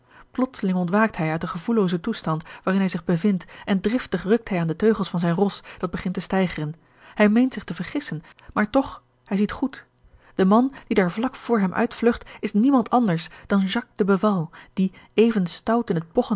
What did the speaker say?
plotseling ontwaakt hij uit den gevoelloozen toestand waarin hij zich bevindt en driftig rukt hij aan de teugels van zijn ros dat begint te steigeren hij meent zich te vergissen maar toch hij ziet goed de man die daar vlak voor hem uit vlugt is niemand anders dan jacques de beval die even stout in het